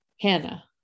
Hannah